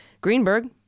Greenberg